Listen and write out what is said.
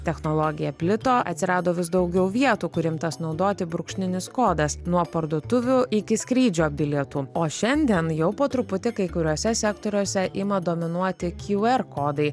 technologija plito atsirado vis daugiau vietų kur imtas naudoti brūkšninis kodas nuo parduotuvių iki skrydžio bilietų o šiandien jau po truputį kai kuriuose sektoriuose ima dominuoti kjū er kodai